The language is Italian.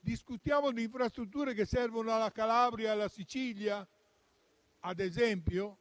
Discutiamo di infrastrutture che servono alla Calabria e alla Sicilia, dove